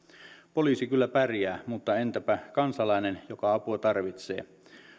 poliisi kyllä pärjää mutta entäpä kansalainen joka apua tarvitsee